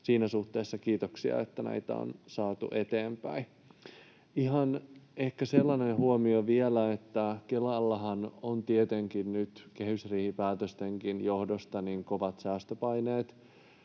siinä suhteessa kiitoksia, että näitä on saatu eteenpäin. Ehkä ihan sellainen huomio vielä, että kun Kelallahan on tietenkin nyt kehysriihipäätöstenkin johdosta kovat säästöpaineet